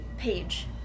Page